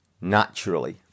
naturally